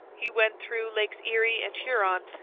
he went through lakes erie and huron,